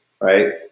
right